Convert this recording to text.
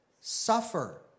suffer